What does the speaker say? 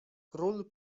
król